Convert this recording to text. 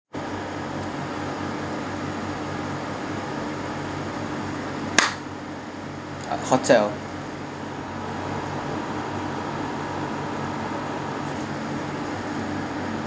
ah hotel